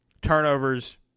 turnovers